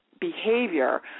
behavior